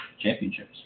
championships